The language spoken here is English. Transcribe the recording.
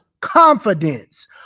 confidence